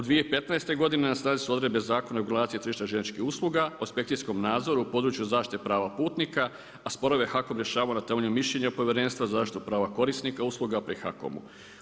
Od 2015. godine na snazi su odredbe Zakona o regulaciji tržišta željezničkih usluga o inspekcijskom nadzoru u području zaštite prava putnika a sporove je HAKOM rješavao na temelju mišljenja Povjerenstva za zaštitu prava korisnika usluga pri HAKOM-u.